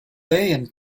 and